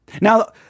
Now